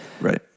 right